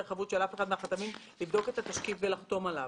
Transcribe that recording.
חבות של אף אחד מהחתמים לבדוק את התשקיף ולחתום עליו".